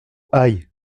aïe